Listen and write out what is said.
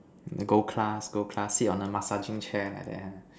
gold class gold class sit on a massaging chair like that ah